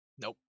nope